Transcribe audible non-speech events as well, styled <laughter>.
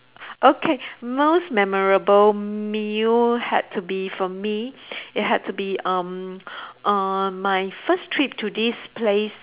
okay most memorable meal had to be for me <breath> it had to be um err my first trip to this place